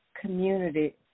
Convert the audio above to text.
community